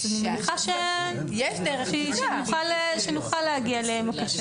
אז אני מניחה שנוכל להגיע לעמק השווה.